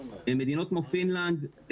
מדינות כמו פינלנד,